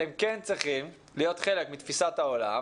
אתם כן צריכים להיות חלק מתפיסת העולם,